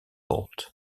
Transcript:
bolt